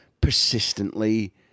persistently